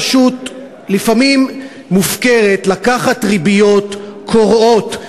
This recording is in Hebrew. פשוט לפעמים מופקרת: לקחת ריביות קורעות,